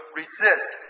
resist